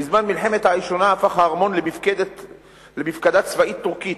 בזמן מלחמת העולם הראשונה הפך הארמון למפקדה צבאית טורקית.